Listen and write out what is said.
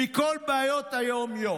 מכל בעיות היום-יום.